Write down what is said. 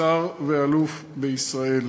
שר ואלוף בישראל,